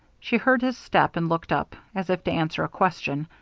she heard his step and looked up, as if to answer a question,